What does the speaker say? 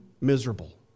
miserable